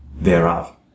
thereof